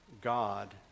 God